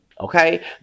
okay